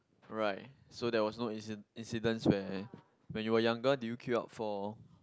right so there was no inci~ incidents where when you were younger did you queue up for